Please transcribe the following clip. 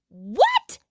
what?